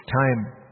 time